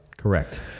Correct